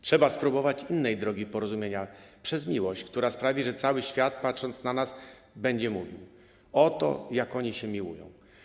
Trzeba spróbować innej drogi porozumienia - przez miłość, która sprawi, że cały świat, patrząc na nas, będzie mówił: 'Oto, jak oni się miłują'